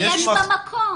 ויש בה מקום.